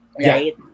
right